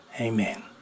Amen